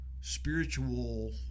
spiritual